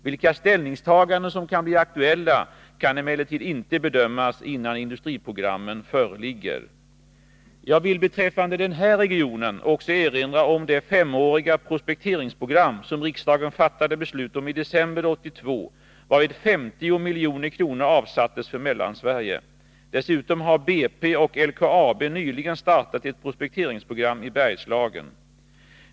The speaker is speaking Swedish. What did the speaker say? Vilka ställningstaganden som kan bli aktuella kan emellertid inte bedömas innan industriprogrammen föreligger. Jag vill, beträffande den här regionen, också erinra om det femåriga prospekteringsprogram som riksdagen fattade beslut om i december 1982, varvid 50 milj.kr. avsattes för Mellansverige. Dessutom har BP och LKAB nyligen startat ett prospekteringsprogram i Bergslagen.